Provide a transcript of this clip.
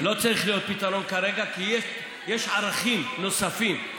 לא צריך להיות פתרון כרגע, כי יש ערכים נוספים.